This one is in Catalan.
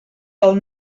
del